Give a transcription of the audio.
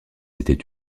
était